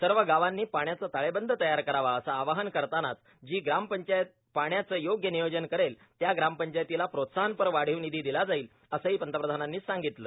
सर्व गावांनी पाण्याचा ताळेबंद तयार करावा असं आवाहन करतानाच जी ग्रामपंचायत पाण्याचं योग्य नियोजन करेल त्या ग्रामपंचायतीला प्रोत्साहनपर वाढीव निधी दिला जाईल असंही पंतप्रधानांनी सांगितलं